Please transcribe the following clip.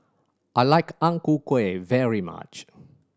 I like Ang Ku Kueh very much